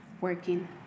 working